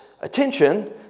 attention